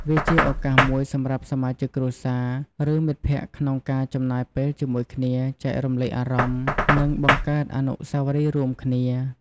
វាជាឱកាសមួយសម្រាប់សមាជិកគ្រួសារ ឬមិត្តភក្តិក្នុងការចំណាយពេលជាមួយគ្នា ចែករំលែកអារម្មណ៍ និងបង្កើតអនុស្សាវរីយ៍រួមគ្នា។